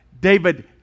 David